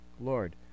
Lord